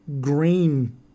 green